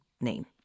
name